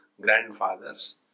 grandfathers